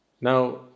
now